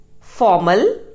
formal